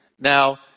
Now